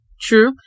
True